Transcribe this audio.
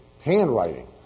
handwriting